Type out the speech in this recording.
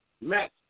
Max